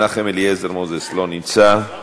מנחם אליעזר מוזס, לא נמצא,